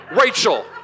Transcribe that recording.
Rachel